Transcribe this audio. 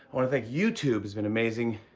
want to thank youtube has been amazing.